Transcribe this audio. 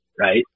right